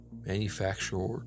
manufacturer